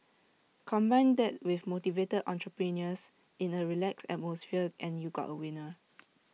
combine that with motivated entrepreneurs in A relaxed atmosphere and you got A winner